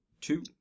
two